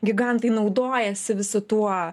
gigantai naudojasi visu tuo